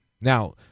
now